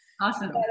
Awesome